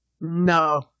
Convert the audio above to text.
No